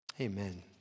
Amen